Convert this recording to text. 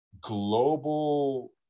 global